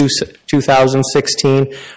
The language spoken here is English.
2016